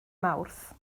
mawrth